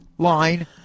Line